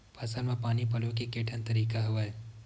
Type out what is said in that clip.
फसल म पानी पलोय के केठन तरीका हवय?